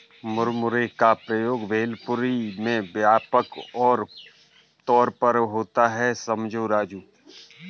मुरमुरे का प्रयोग भेलपुरी में व्यापक तौर पर होता है समझे राजू